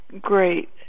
great